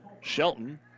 Shelton